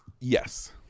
Yes